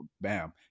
bam